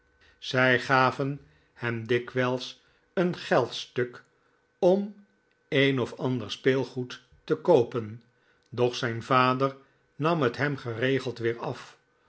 zij gaven hem dikwijls een geldstuk om een of ander speelgoed te koopen doch zijn vader nam het hem geregeld weer af